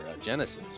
Genesis